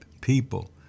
people